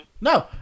No